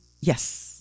Yes